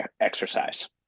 exercise